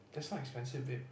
that's not expensive babe